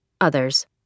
others